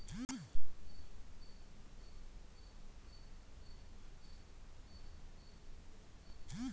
ಸರಕು ಹಣವು ವಿನಿಮಯದ ಮಾಧ್ಯಮವಾಗಿ ಕಾರ್ಯನಿರ್ವಹಿಸುವ ಅಂತರಿಕವಾಗಿ ಮೌಲ್ಯಯುತವಾದ ಸರಕುಗಳ ಮೇಲೆ ಅವಲಂಬಿತವಾಗಿದೆ